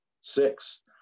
Six